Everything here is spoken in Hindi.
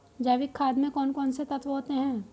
जैविक खाद में कौन कौन से तत्व होते हैं?